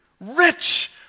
rich